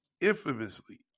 infamously